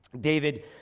David